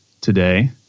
today